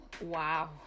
wow